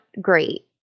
great